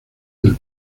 del